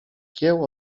kieł